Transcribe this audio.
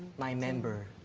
my member